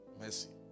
Mercy